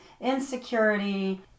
insecurity